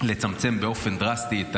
לצמצם באופן דרסטי את